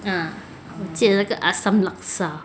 ah 接了个 asam laksa